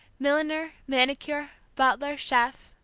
milliner, manicure, butler, chef,